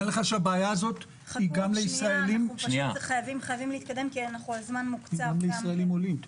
זו בעיה גם של ישראלים עולים.